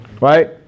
Right